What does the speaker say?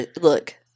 Look